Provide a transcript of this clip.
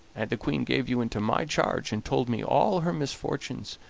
and the queen gave you into my charge, and told me all her misfortunes,